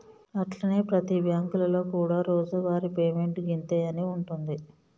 అట్లనే ప్రతి బ్యాంకులలో కూడా రోజువారి పేమెంట్ గింతే అని ఉంటుంది